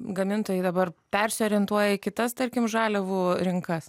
gamintojai dabar persiorientuoja į kitas tarkim žaliavų rinkas